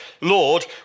Lord